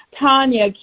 Tanya